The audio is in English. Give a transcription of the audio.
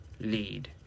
lead